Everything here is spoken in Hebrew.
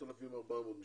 3,400 משתתפים.